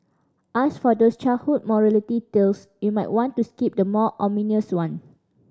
as for those childhood morality tales you might want to skip the more ominous one